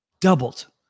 doubled